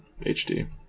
hd